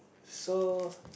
so